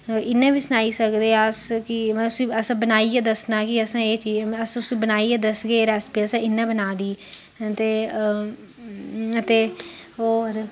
इ'यां बी सनाई सकदे अस कि अस बनाइयै दस्सना कि असें एह् चीज तुस बनाइयै दसगे अस रेसपी अस कि इ'यां बना दी ते हां ते और